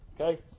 Okay